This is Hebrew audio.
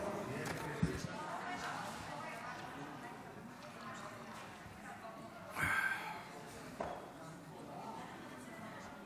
להלן תוצאות ההצבעה: 42 בעד, חמישה מתנגדים,